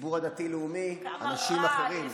הציבור הדתי-לאומי, אנשים אחרים.